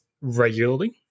regularly